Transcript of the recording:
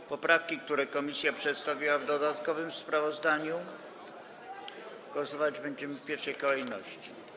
Nad poprawkami, które komisja przedstawiła w dodatkowym sprawozdaniu, głosować będziemy w pierwszej kolejności.